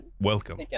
welcome